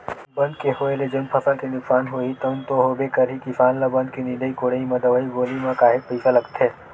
बन के होय ले जउन फसल के नुकसान होही तउन तो होबे करही किसान ल बन के निंदई कोड़ई म दवई गोली म काहेक पइसा लागथे